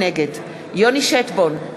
נגד יוני שטבון,